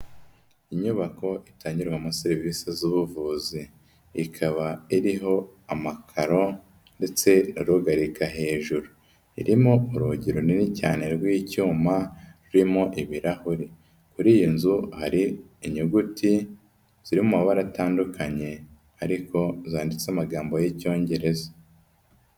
Inyubako itangirwamo serivisi z'ubuvuzi, ikaba iriho amakaro ndetse n'urugarika hejuru, irimo urugi runini cyane rw'icyuma rurimo ibirahuri, kuri iyi nzu hari inyuguti ziri mu mabara atandukanye ariko zanditse amagambo y'icyongereza.